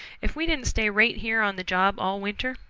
if we didn't stay right here on the job all winter,